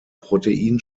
protein